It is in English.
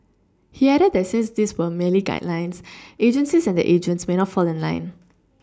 he added that since these were merely guidelines agencies and their agents may not fall in line